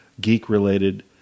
geek-related